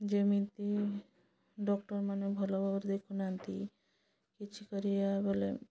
ଯେମିତି ଡକ୍ଟର୍ ମାନେ ଭଲ ଭାବରେ ଦେଖୁନାହାନ୍ତି କିଛି କରି ବୋଲେ